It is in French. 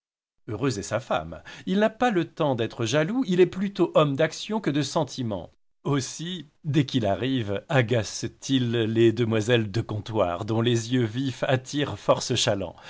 heureuse est sa femme il n'a pas le temps d'être jaloux il est plutôt homme d'action que de sentiment aussi dès qu'il arrive agace t il les demoiselles de comptoir dont les yeux vifs attirent force